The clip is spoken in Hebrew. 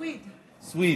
סויד.